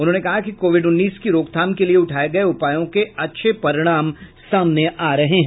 उन्होंने कहा कि कोविड उन्नीस की रोकथाम के लिए उठाए गए उपायों के अच्छे परिणाम सामने आ रहे हैं